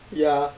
ya